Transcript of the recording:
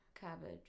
Cabbage